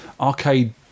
arcade